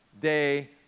day